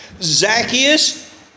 Zacchaeus